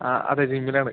ആ അതെ ജിമ്മിൽ ആണ്